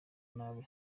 nabi